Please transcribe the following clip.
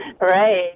Right